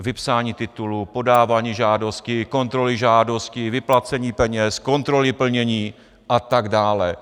Vypsání titulu, podávání žádosti, kontroly žádosti, vyplacení peněz, kontroly plnění atd.